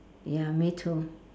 ya me too